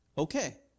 Okay